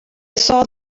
saw